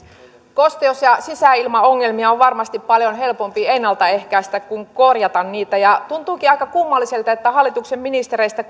kosteus ja sisäilmaongelmia on varmasti paljon helpompi ennaltaehkäistä kuin korjata ja tuntuukin aika kummalliselta että hallituksen ministereistä